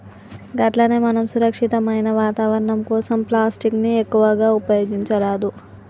గట్లనే మనం సురక్షితమైన వాతావరణం కోసం ప్లాస్టిక్ ని ఎక్కువగా ఉపయోగించరాదు